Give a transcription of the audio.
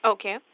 Okay